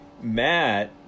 Matt